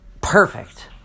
perfect